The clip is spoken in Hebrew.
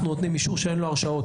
אנחנו נותנים אישור שאין לו הרשעות,